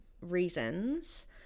reasons